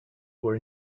were